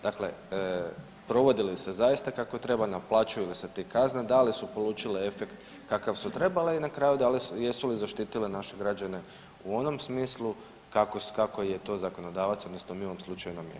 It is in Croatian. Dakle, provodi li se zaista kako treba, naplaćuju li se te kazne, da li su polučile efekt kakav su trebale i na kraju da li su, jesu li zaštitile naše građane u onom smislu kako je to zakonodavac odnosno mi u ovom slučaju namijenili.